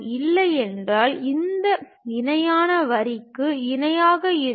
இல்லையெனில் இந்த இணையான வரிக்கு இணையாக இருக்கும்